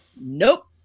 Nope